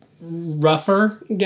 rougher